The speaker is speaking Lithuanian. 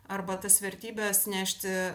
arba tas vertybes nešti